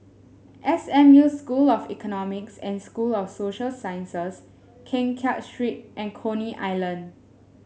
S M U School of Economics and School of Social Sciences Keng Kiat Street and Coney Island